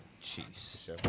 Cheese